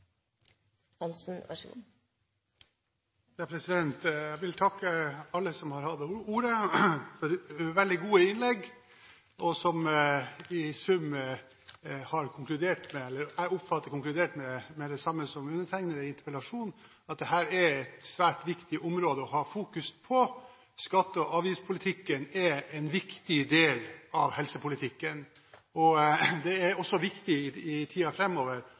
for veldig gode innlegg, som, slik jeg oppfatter det, i sum har konkludert med det samme som undertegnede i interpellasjonen, at dette er et svært viktig område å fokusere på. Skatte- og avgiftspolitikken er en viktig del av helsepolitikken. Det er også viktig i